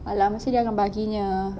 a~ lah mesti dia tak akan bagi punya